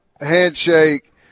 handshake